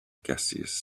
gaseous